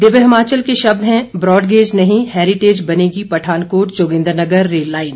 दिव्य हिमाचल के शब्द हैं ब्रॉडगेज नहीं हेरिटेज बनेगी पठानकोट जोगिंद्रनगर रेललाइन